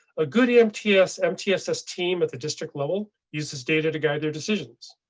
a good mtss mtss team at the district level uses data to guide their decisions.